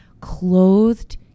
clothed